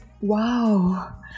wow